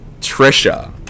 Trisha